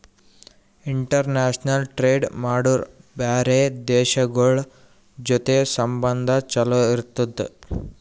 international trade ಮಾಡುರ್ ಬ್ಯಾರೆ ದೇಶಗೋಳ್ ಜೊತಿ ಸಂಬಂಧ ಛಲೋ ಇರ್ತುದ್